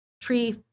tree